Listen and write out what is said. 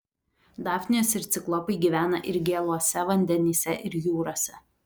dafnijos ir ciklopai gyvena ir gėluose vandenyse ir jūrose